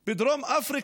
במעשים.